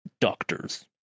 doctors